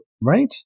right